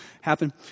happen